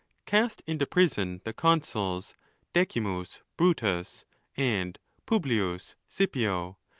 cast into prison the consuls decimus brutus and publius scipio,